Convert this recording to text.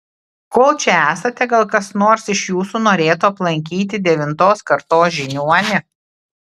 kol čia esate gal kas nors iš jūsų norėtų aplankyti devintos kartos žiniuonį